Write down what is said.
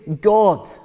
God